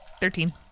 Thirteen